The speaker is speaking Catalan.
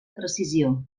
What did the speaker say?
precisió